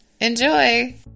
Enjoy